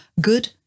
good